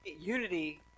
unity